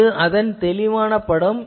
இது அதன் தெளிவான படம்